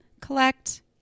collect